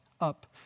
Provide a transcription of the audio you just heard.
up